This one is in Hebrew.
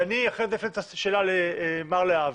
אני אחרי זה הפניתי את השאלה למר להבי,